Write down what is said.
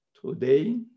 Today